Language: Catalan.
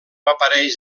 apareix